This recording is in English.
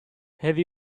have